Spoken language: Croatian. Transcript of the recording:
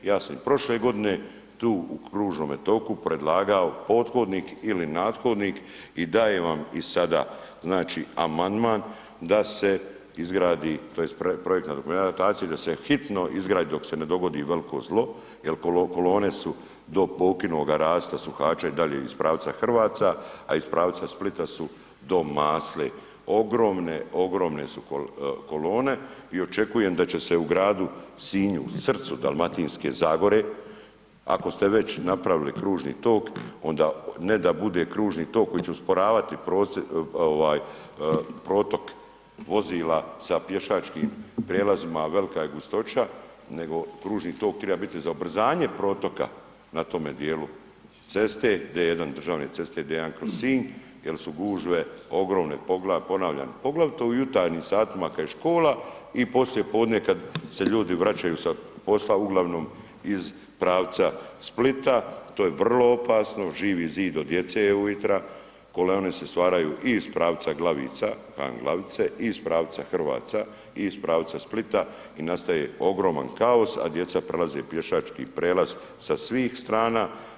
Ja sam i prošle godine tu u kružnome toku predlagao pothodnik ili nathodnik i dajem vam i sada znači amandman da se izgradi tj. projektna dokumentacija da se hitno izgradi dok se ne dogodi veliko zlo jer kolone su do ... i dalje iz pravca Hrvaca, a iz pravca Splita su do ... ogromne, ogromne su kolone i očekujem da će se u gradu Sinju, u srcu Dalmatinske zagore, ako ste već napravili kružni tok, onda ne da bude kružni tok koji će usporavati protok vozila sa pješačkim prijelazima, a velika je gustoća, nego kružni tok treba biti za ubrzanje protoka na tome dijelu ceste, D1 državne ceste D1 kroz Sinj jer su gužve ogromne, ponavljam, poglavito u jutarnjim satima kad je škola i poslijepodne kad se ljudi vraćaju sa posla, uglavnom iz pravca Splita, to je vrlo opasno, živi zid od djece je ujutro, kolone se stvaraju i iz pravca Glavica, ... Glavice, i iz pravca Hrvaca i iz pravca Splita i nastaje ogroman kaos, a djeca prelaze pješački prijelaz sa svih strana.